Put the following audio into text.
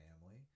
family